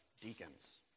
deacons